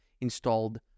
installed